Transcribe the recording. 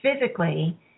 physically